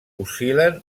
oscil·len